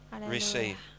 receive